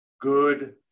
good